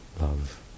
love